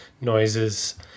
noises